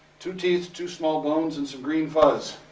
two teeth, two small bones, and some green fuzz.